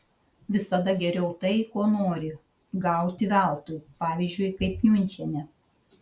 visada geriau tai ko nori gauti veltui pavyzdžiui kaip miunchene